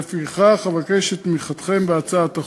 לפיכך, אבקש את תמיכתם בהצעת החוק.